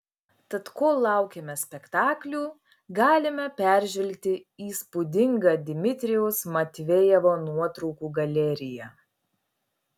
tad kol laukiame spektaklių galime peržvelgti įspūdingą dmitrijaus matvejevo nuotraukų galeriją